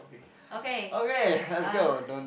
okay uh